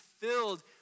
filled